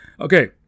Okay